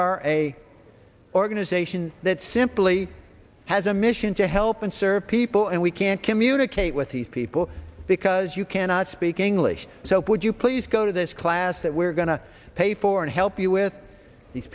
are a organization that simply has a mission to help and serve people and we can't communicate with these people because you cannot speak english so would you please go to this class that we're going to pay for and help you with these